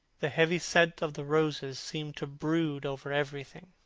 the heavy scent of the roses seemed to brood over everything.